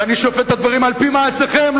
ואני שופט את הדברים על-פי מעשיכם,